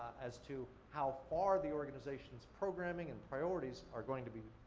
as to how far the organization's programming and priorities, are going to be